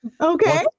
Okay